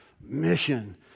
mission